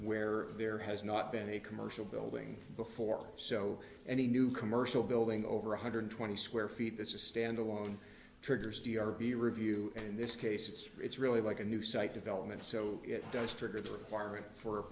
where there has not been a commercial building before so any new commercial building over one hundred twenty square feet that's a standalone triggers d r p review in this case it's it's really like a new site development so it does trigger the requirement for